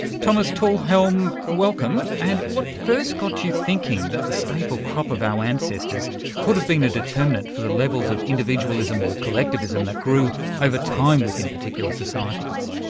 thomas talhelm, welcome, and what first got you thinking that the staple crop of our ancestors could have been a determinant for the levels of individualism or collectivism that grew over time within particular societies?